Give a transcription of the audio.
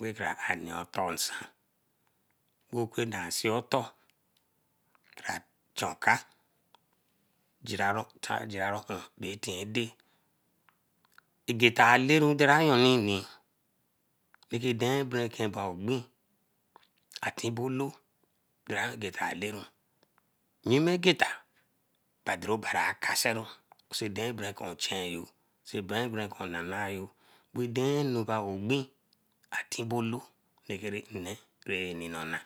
re kara ame otor nsan reke nah see otor chara chun okai geranu etiende. Egeta aleru dare yeru ni rake den rakor derea rakor gbin atinbolo dera ageta aleru. Yime geta but obari akeseru ko dein oberekun chan yo, kor oberekun nanayo wey deen anu gbin a tinboloo kore nne kere nnona.